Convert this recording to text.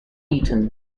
eaten